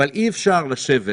אבל אי אפשר לשבת